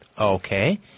Okay